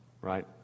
right